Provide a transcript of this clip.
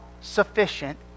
sufficient